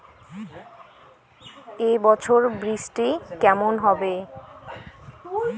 এবছর বৃষ্টি কেমন হবে?